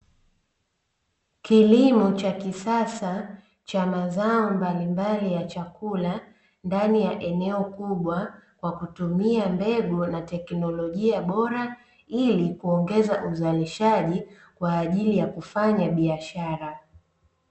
Kilimo cha kisasa cha mazao mbali mbali ya chakula ndani ya eneo kubwa kwa kutumia mbegu ya teknolojia bora ili kuongeza uzalishaji kwa ajili ya kufanya biashara.